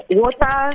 water